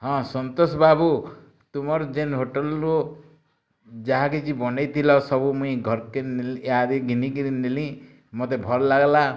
ହଁ ସନ୍ତୋଷ ବାବୁ ତୁମର୍ ଯେନ୍ ହୋଟେଲ୍ରୁ ଯାହା କିଛି ବନେଇଥିଲି ସବୁ ମୁଇଁ ଘର୍କେ ନେଲି ଈହା ଦେ ଘିନିକିରି ନେଲି ମୋତେ ଭଲ୍ ଲାଗ୍ଲା